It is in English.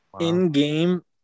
In-game